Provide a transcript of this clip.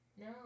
No